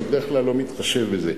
אני בדרך כלל לא מתחשב בזה.